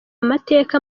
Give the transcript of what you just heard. amateka